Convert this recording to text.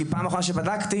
בעיות תקציב.